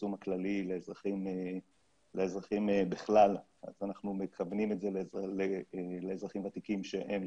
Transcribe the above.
בפרסום הכללי לאזרחים בכלל אז אנחנו מכוונים את זה לאזרחים ותיקים שהם,